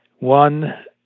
One